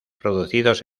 producidos